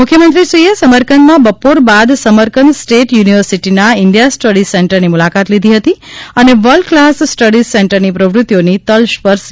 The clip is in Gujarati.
મુખ્યમંત્રીશ્રીએ સમરકંદમાં બપોર બાદ સમરકંદ સ્ટેટ યુનિવર્સિટીના ઇન્ડિયા સ્ટડી સેન્ટરની મૂલાકાત લીધી હતી અને વર્લ્ડ ક્લાસ સ્ટડીઝ સેન્ટરની પ્રવૃત્તિઓની તલસ્પર્શી વિગતો મેળવી હતી